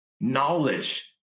knowledge